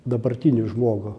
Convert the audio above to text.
dabartinį žmogų